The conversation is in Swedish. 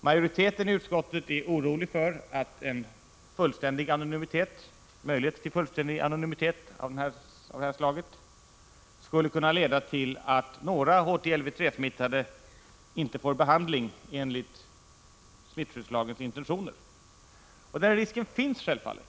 Majoriteten i utskottet är orolig för att möjligheten till en fullständig anonymitet skulle kunna leda till att några HTLV-III-smittade inte får behandling enligt smittskyddslagens intentioner. Den risken finns självfallet.